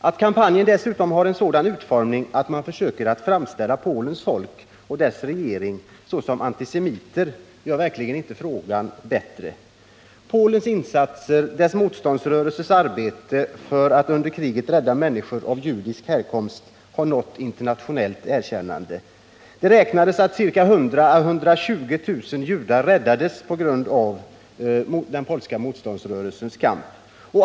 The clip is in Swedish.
Att kampanjen dessutom har en sådan utformning att man försöker framställa Polens folk och dess regering såsom antisemiter gör verkligen inte saken bättre. Polens insatser och dess motståndsrörelses arbete för att under kriget rädda människor av judisk härkomst har fått internationellt erkännande. Det har beräknats att 100 000 å 120 000 judar blev räddade på grund av den polska motståndsrörelsens kamp.